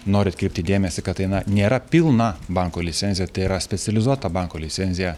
noriu atkreipti dėmesį kad tai na nėra pilna banko licencija tai yra specializuoto banko licencija